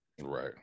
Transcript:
Right